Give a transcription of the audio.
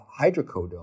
hydrocodone